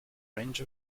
range